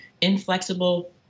inflexible